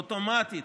אוטומטית,